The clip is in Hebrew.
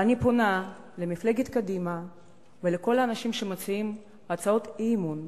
ואני פונה למפלגת קדימה ולכל האנשים שמציעים הצעות אי-אמון